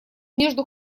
между